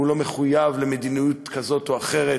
הוא לא מחויב למדיניות כזאת או אחרת,